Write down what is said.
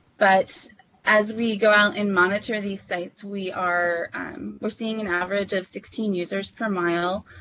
but as we go out and monitor these sites, we are um are seeing an average of sixteen users per mile.